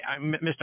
Mr